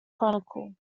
chronicle